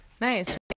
Nice